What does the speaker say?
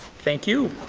thank you.